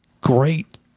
great